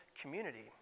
community